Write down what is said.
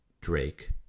drake